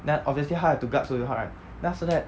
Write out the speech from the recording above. then obviously 她 have to guard seo yong hak right then after that